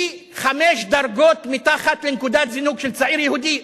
היא חמש דרגות מתחת לנקודת זינוק של צעיר יהודי,